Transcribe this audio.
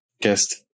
guest